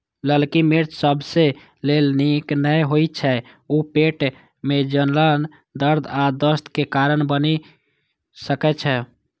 ललकी मिर्च सबके लेल नीक नै होइ छै, ऊ पेट मे जलन, दर्द आ दस्त के कारण बनि सकै छै